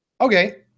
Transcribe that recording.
okay